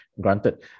granted